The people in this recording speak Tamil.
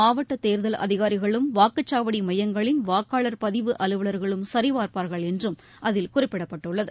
மாவட்ட தேர்தல் அதிகாரிகளும் வாக்குச்சாவடி மையங்களின் வாக்காளர் பதிவு அலுவலர்களும் சரிபார்ப்பார்கள் என்றும் அதில் குறிப்பிடப்பட்டுள்ளது